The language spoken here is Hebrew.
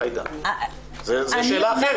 זו שאלה אחרת.